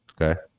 Okay